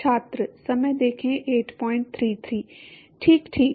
ठीक ठीक